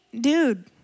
dude